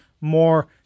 more